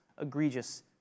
egregious